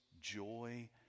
joy